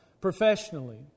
professionally